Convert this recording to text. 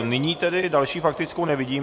Nyní tedy další faktickou nevidím.